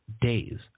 days